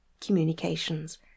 communications